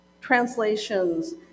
translations